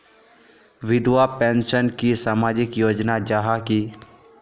विधवा पेंशन की सामाजिक योजना जाहा की?